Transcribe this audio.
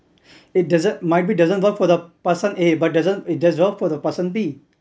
it doesn't might be doesn't work for the person a but doesn't does well for the person b